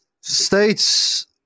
states